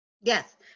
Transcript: Yes